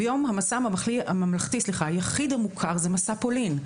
היום המסע הממלכתי היחיד המוכר זה מסע פולין.